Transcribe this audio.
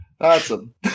Awesome